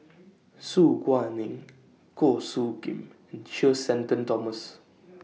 Su Guaning Goh Soo Khim and Sir Shenton Thomas